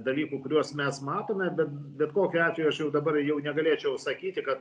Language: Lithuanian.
dalykų kuriuos mes matome bet bet kokiu atveju aš jau dabar jau negalėčiau sakyti kad